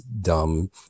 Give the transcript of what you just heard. dumb